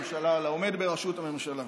לעומד בראשות הממשלה.